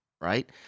right